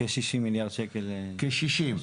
כ-60 מיליארד שקל בשנה.